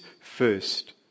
first